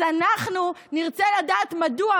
אז אנחנו נרצה לדעת מדוע,